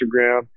Instagram